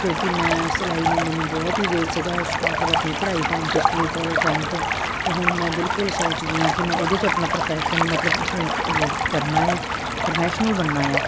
ਕਿਉਂਕਿ ਮੈਂ ਸਿਲਾਈ ਨੂੰ ਮੈਨੂੰ ਬਹੁਤ ਹੀ ਦਿਲ ਸੀਗਾ ਸ਼ ਮਤਲਬ ਆਪਣੀ ਪੜ੍ਹਾਈ ਟਾਈਮ ਤੋਂ ਸਕੂਲ ਕੋਲੇਜ ਟਾਈਮ ਤੋਂ ਤਾਂ ਹੁਣ ਮੈਂ ਬਿਲਕੁਲ ਸੋਚਦੀ ਹਾਂ ਕਿ ਮੈਂ ਉਹਦੇ 'ਚ ਆਪਣਾ ਪ੍ਰੋਫੈਸ਼ਨ ਮਤਲਬ ਹੂੰਕ ਕਰਨਾ ਆ ਪ੍ਰੋਫੈਸ਼ਨਲ ਬਣਨਾ ਹਾਂ